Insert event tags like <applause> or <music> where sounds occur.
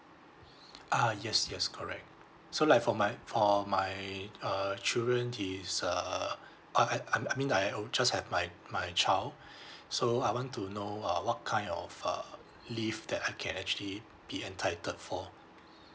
<breath> uh yes yes correct so like for my for my uh children is err I I I'm I mean I oh just have my my child <breath> so I want to know uh what kind of uh leave that I can actually be entitled for